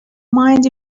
mind